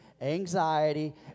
anxiety